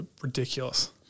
ridiculous